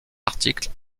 article